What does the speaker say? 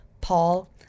Paul